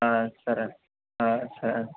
సరే సరే